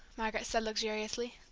margaret said luxuriously.